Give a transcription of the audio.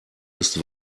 ist